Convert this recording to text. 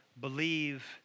believe